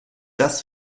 das